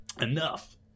Enough